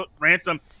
Ransom